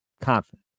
Confident